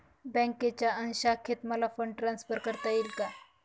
बँकेच्या अन्य शाखेत मला फंड ट्रान्सफर करता येईल का?